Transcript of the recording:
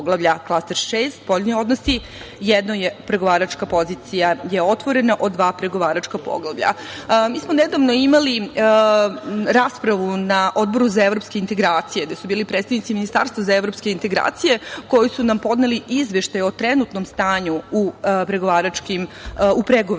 Klaster 6 „Spoljni odnosi“, jedna pregovaračka pozicija je otvorena od dva pregovaračka poglavlja. Mi smo nedavno imali raspravu na Odboru za evropske integracije, gde su bili predstavnici Ministarstva za evropske integracije koji su nam podneli izveštaj o trenutnom stanju u pregovorima Srbije ka